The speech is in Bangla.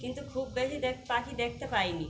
কিন্তু খুব বেশি পাখি দেখতে পাইনি